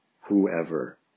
whoever